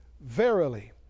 verily